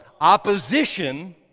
opposition